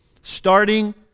Starting